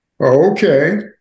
Okay